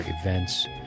events